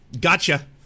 Gotcha